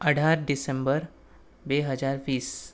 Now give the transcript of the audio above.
અઢાર ડિસેમ્બર બે હજાર વીસ